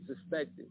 suspected